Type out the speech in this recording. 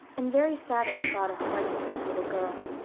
and very sad at the thought of parting with his little girl,